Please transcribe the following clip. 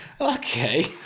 okay